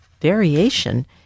variation